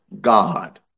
God